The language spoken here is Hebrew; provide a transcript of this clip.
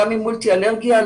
גם עם מולטי אלרגיה,